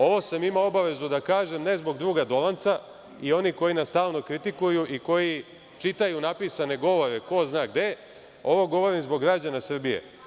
Ovo sam imao obavezu da kažem, ne zbog druga Dolanca, i onih koji nas stalno kritikuju i koji čitaju napisane govore ko zna gde, ovo govorim zbog građana Srbije.